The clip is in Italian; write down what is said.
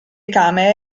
camere